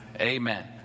Amen